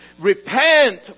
Repent